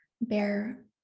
bear